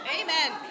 Amen